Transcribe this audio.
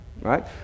right